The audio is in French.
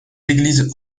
églises